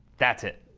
that's it.